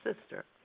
sister